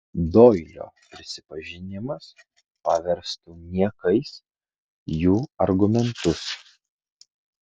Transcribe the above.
doilio prisipažinimas paverstų niekais jų argumentus